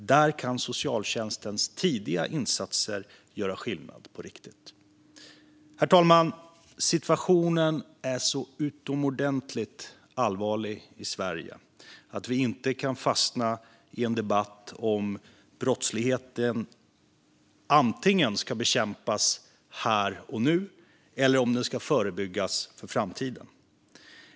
Där kan socialtjänstens tidiga insatser göra skillnad på riktigt. Herr talman! Situationen är så utomordentligt allvarlig i Sverige att vi inte kan fastna i en debatt om brottsligheten antingen ska bekämpas här och nu eller förebyggas för framtiden.